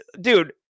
Dude